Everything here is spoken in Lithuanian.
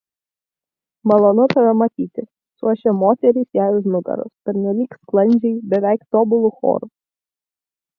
malonu tave matyti suošė moterys jai už nugaros pernelyg sklandžiai beveik tobulu choru